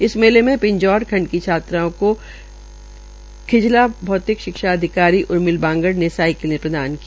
इस मेले में पिंजोर खण्ड की छात्राओं को खिजला मौलिक शिक्षा अधिकारी उर्मिल बांगड ने साईकिलें प्रदान की